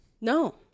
No